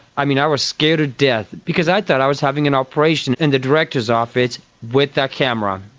i mean, i was scared to death because i thought i was having an operation in the director's office with that camera,